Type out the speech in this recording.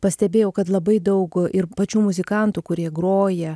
pastebėjau kad labai daug ir pačių muzikantų kurie groja